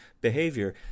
behavior